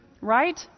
right